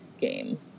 game